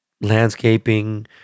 Landscaping